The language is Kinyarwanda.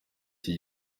iki